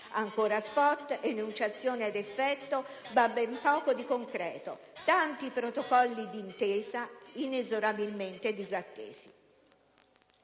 Ancora *spot*, enunciazioni ad effetto, ma ben poco di concreto: tanti protocolli d'intesa inesorabilmente disattesi.